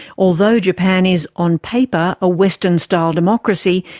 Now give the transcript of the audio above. although japan is on paper a western style democracy,